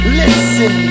listen